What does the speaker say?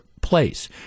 place